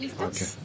okay